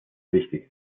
wichtig